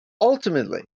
ultimately